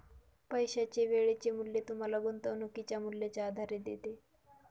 पैशाचे वेळेचे मूल्य तुम्हाला गुंतवणुकीच्या मूल्याचा आधार देते